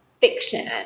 fiction